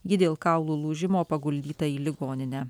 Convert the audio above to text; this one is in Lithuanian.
ji dėl kaulų lūžimo paguldyta į ligoninę